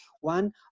one